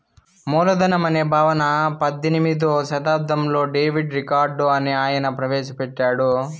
మూలధనం అనే భావన పద్దెనిమిదో శతాబ్దంలో డేవిడ్ రికార్డో అనే ఆయన ప్రవేశ పెట్టాడు